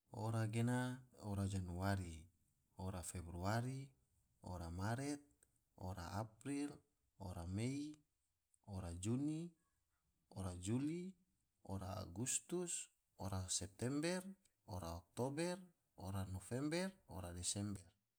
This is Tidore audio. Ora gena ora januari, ora februari, ora maret, ora april, ora mei, ora juni, ora juli, ora agustus, ora september, ora oktober, ora november, ora desember.